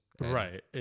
Right